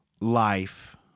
life